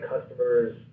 customers